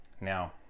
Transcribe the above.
Now